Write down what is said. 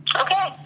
Okay